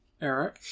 Eric